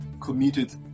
committed